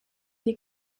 die